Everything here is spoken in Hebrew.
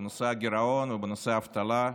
בנושא הגירעון ובנושא האבטלה.